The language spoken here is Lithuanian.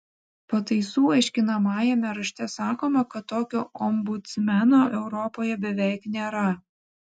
pataisų aiškinamajame rašte sakoma kad tokio ombudsmeno europoje beveik nėra